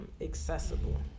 Accessible